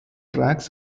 tracks